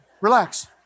Relax